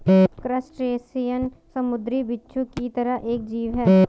crustacean समुंद्री बिच्छू की तरह एक जीव है